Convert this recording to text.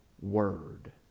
Word